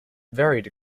varied